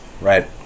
Right